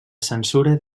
censura